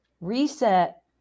reset